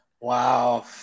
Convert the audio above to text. Wow